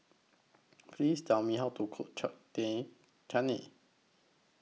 Please Tell Me How to Cook Chutney